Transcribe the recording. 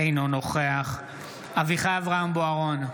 אינו נוכח אביחי אברהם בוארון,